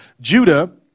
Judah